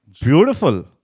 Beautiful